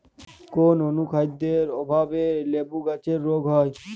কোন অনুখাদ্যের অভাবে লেবু গাছের রোগ হয়?